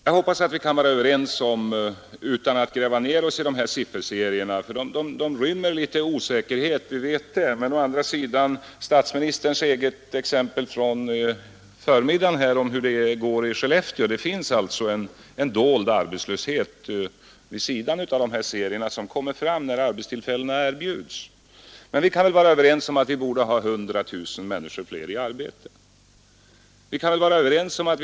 Jag hoppas att vi kan bli överens utan att gräva ned oss i sifferserier om arbetslösheten. Som vi vet rymmer de nämligen litet osäkerhet. Statsministern gav i förmiddags ett eget exempel från Sollefteå. Det finns alltså en dold arbetslöshet vid sidan av dessa ser kommer fram när arbetstillfällen erbjuds. Men vi kan vara överens om att en arbetslöshet som vi borde ha 100 000 flera människor i arbete.